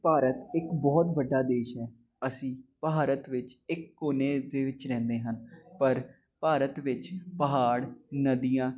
ਭਾਰਤ ਇੱਕ ਬਹੁਤ ਵੱਡਾ ਦੇਸ਼ ਹੈ ਅਸੀਂ ਭਾਰਤ ਵਿੱਚ ਇੱਕ ਕੋਨੇ ਦੇ ਵਿੱਚ ਰਹਿੰਦੇ ਹਨ ਪਰ ਭਾਰਤ ਵਿੱਚ ਪਹਾੜ ਨਦੀਆਂ